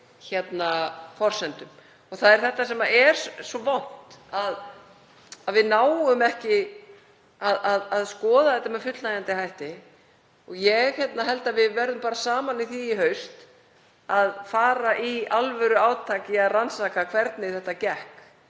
öðruvísi forsendum. Það er þetta sem er svo vont að við náum ekki að skoða með fullnægjandi hætti. Ég held að við verðum bara saman í því í haust að fara í alvöruátak í að rannsaka hvernig þetta gekk